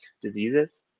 diseases